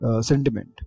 sentiment